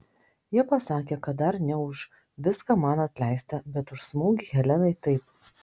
jie pasakė kad dar ne už viską man atleista bet už smūgį helenai taip